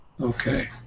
Okay